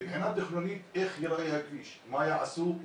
הם דנו איך ייראה הכביש מבחינה תכנונית ואושר מה שיעשו.